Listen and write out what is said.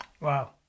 Wow